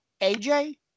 AJ